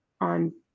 on